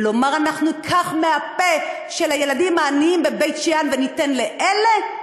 ולומר: אנחנו ניקח מהפה של הילדים העניים בבית-שאן וניתן לאלה,